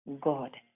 God